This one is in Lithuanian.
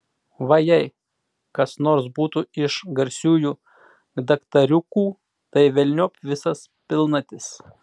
va jei kas nors būtų iš garsiųjų daktariukų tai velniop visas pilnatis